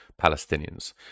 Palestinians